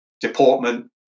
deportment